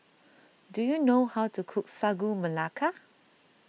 do you know how to cook Sagu Melaka